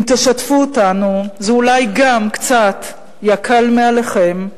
אם תשתפו אותנו, זה אולי גם, קצת, יקל עליכם.